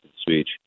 speech